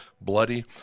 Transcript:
bloody